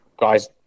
guys